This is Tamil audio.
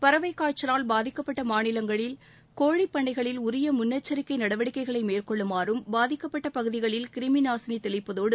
பறவைக் காய்ச்சலால் பாதிக்கப்பட்ட மாநிலங்களில் கோழிப்பண்ணைகளில் உரிய முன்னெச்சரிக்கை நடவடிக்கைகளை மேற்கொள்ளுமாறும் பாதிக்கப்பட்ட பகுதிகளில் கிருமிநாசினி தெளிப்பதோடு